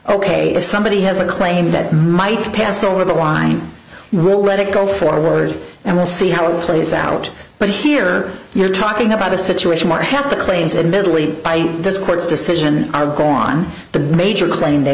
ok if somebody has a claim that might pass over the line we'll let it go forward and we'll see how it plays out but here you're talking about a situation where half the claims admittedly by this court's decision are gone the major claim they